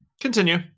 Continue